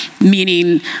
meaning